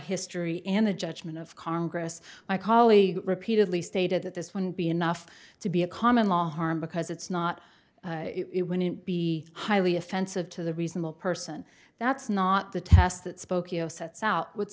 history and the judgment of congress my colleague repeatedly stated that this wouldn't be enough to be a common law harm because it's not it wouldn't be highly offensive to the reasonable person that's not the test that spokeo sets out with